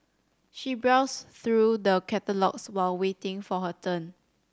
she browsed through the catalogues while waiting for her turn